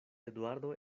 eduardo